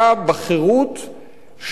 שגוררת אתה,